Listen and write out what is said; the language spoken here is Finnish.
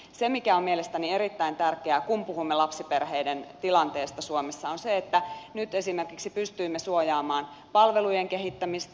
se mikä on mielestäni erittäin tärkeää kun puhumme lapsiperheiden tilanteesta suomessa on se että nyt esimerkiksi pystyimme suojaamaan palvelujen kehittämistä